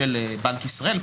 של בנק ישראל,